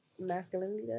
masculinity